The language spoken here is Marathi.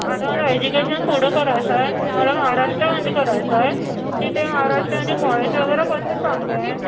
आता मला एजुकेशन पुढं करायचं आहे मला महाराष्ट्रामध्ये करायचं आहे तिथं महाराष्ट्रामध्ये कॉलेज वगैरे कोणते चांगले आहे